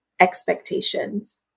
expectations